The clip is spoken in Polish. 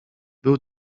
był